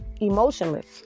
emotionless